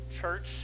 Church